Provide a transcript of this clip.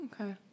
Okay